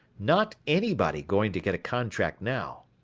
not anybody going to get a contract now.